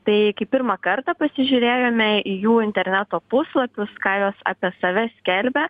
tai kai pirmą kartą pasižiūrėjome į jų interneto puslapius ką jos apie save skelbia